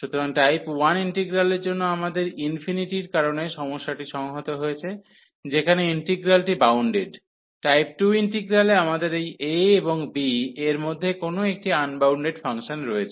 সুতরাং টাইপ 1 ইন্টিগ্রালের জন্য আমাদের ইনফিনিটির কারণে সমস্যাটি সংহত হয়েছে যেখানে ইন্টিগ্রালটি বাউন্ডেড টাইপ 2 ইন্টিগ্রালে আমাদের এই a এবং b এর মধ্যে কোথাও একটি আনবাউন্ডেড ফাংশন রয়েছে